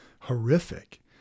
horrific